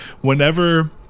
Whenever